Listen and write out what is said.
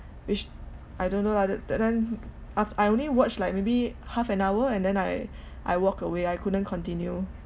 which I don't know lah that that time I only watch like maybe half an hour and then I I walk away I couldn't continue